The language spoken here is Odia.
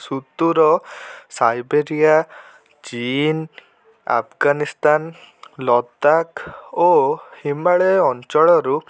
ସୁଦୂର ସାଇବେରିଆ ଚୀନ ଆଫଗାନିସ୍ତାନ ଲଦାଖ ଓ ହିମାଳୟ ଅଞ୍ଚଳରୁ